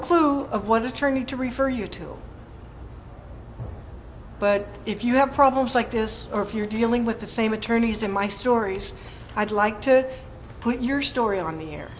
clue of what attorney to refer you to but if you have problems like this or if you're dealing with the same attorneys in my stories i'd like to put your story on the air